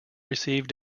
receive